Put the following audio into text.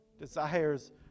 Desires